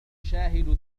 أشاهد